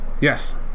Yes